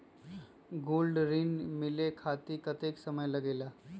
Gold ऋण मिले खातीर कतेइक समय लगेला?